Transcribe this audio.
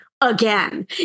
again